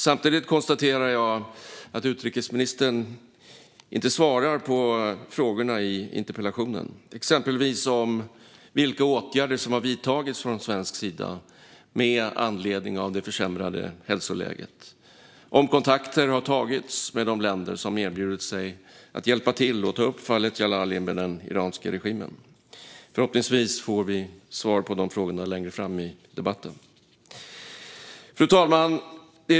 Samtidigt konstaterar jag att utrikesministern inte svarar på frågorna i interpellationen, exempelvis om vilka åtgärder som har vidtagits från svensk sida med anledning av det försämrade hälsoläget och om kontakter har tagits med de länder som erbjudit sig att hjälpa till att ta upp fallet Djalali med den iranska regimen. Förhoppningsvis får vi svar på de frågorna längre fram i debatten. Fru talman!